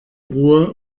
ruhe